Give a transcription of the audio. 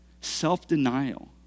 Self-denial